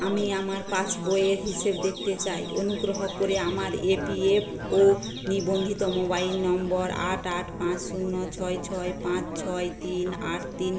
আমি আমার পাসবইয়ের হিসেব দেখতে চাই অনুগ্রহ করে আমার এ পি এফ ও নিবন্ধিত মোবাইল নম্বর আট আট পাঁচ শূন্য ছয় ছয় পাঁচ ছয় তিন আট তিন